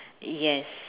yes